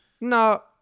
no